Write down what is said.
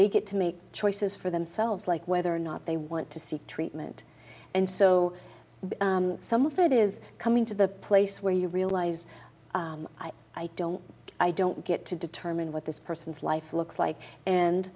they get to make choices for themselves like whether or not they want to seek treatment and so some of it is coming to the place where you realize i i don't i don't get to determine what this person's life looks like and